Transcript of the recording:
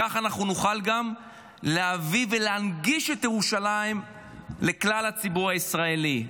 ככה אנחנו נוכל גם להביא ולהנגיש את ירושלים לכלל הציבור הישראלי.